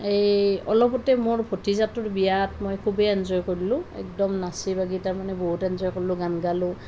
এই অলপতে মোৰ ভতিজাটোৰ বিয়াত মই খুবেই এনজয় কৰিলোঁ একদম নাচি বাগি তাৰমানে বহুত এনজয় কৰিলোঁ গান গালোঁ